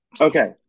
Okay